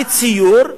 ציור,